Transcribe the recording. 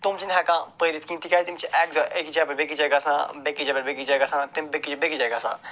تِم چھِنہٕ ہٮ۪کان پٔرِتھ کِہیٖنٛۍ تِکیٛازِ یِم چھِ اَکہِ دۄہ أکِس جایہِ پٮ۪ٹھ بیٛیِس جایہِ گَژھان بیٚیِس جایہِ پٮ۪ٹھ بیٚیِس جایہِ گَژھان تَمہِ بیٚیِس بیٚیِس جایہِ گَژھان